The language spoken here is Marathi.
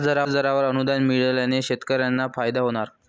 व्याजदरावर अनुदान मिळाल्याने शेतकऱ्यांना फायदा होणार